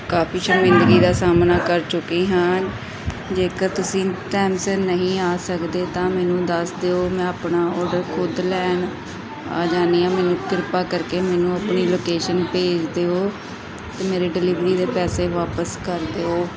ਕਾਫ਼ੀ ਸ਼ਰਮਿੰਦਗੀ ਦਾ ਸਾਹਮਣਾ ਕਰ ਚੁੱਕੀ ਹਾਂ ਜੇਕਰ ਤੁਸੀਂ ਟਾਈਮ ਸਿਰ ਨਹੀਂ ਆ ਸਕਦੇ ਤਾਂ ਮੈਨੂੰ ਦੱਸ ਦਿਓ ਮੈਂ ਆਪਣਾ ਔਡਰ ਖੁਦ ਲੈਣ ਆ ਜਾਂਦੀ ਹਾਂ ਮੈਨੂੰ ਕਿਰਪਾ ਕਰਕੇ ਮੈਨੂੰ ਆਪਣੀ ਲੋਕੇਸ਼ਨ ਭੇਜ ਦਿਓ ਅਤੇ ਮੇਰੇ ਡਿਲੀਵਰੀ ਦੇ ਪੈਸੇ ਵਾਪਿਸ ਕਰ ਦਿਓ